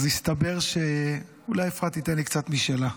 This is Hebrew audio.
אז הסתבר, אולי אפרת תיתן לי קצת משלה,